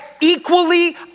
equally